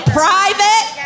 private